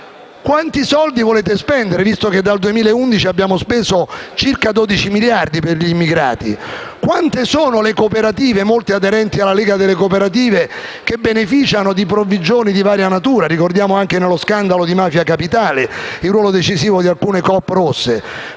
Quanti soldi volete spendere, visto che dal 2011 abbiamo speso circa 12 miliardi? Quante sono le cooperative aderenti alla Lega delle cooperative che beneficiano di provvigioni di varia natura? Ricordiamo lo scandalo di Mafia Capitale e il ruolo decisivo di alcune coop rosse.